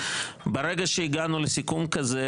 ברגע שהגענו לסיכון כזה,